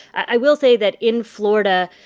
i will say that in florida,